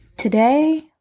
Today